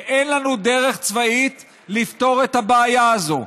ואין לנו דרך צבאית לפתור את הבעיה הזו.